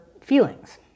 feelings